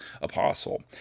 apostle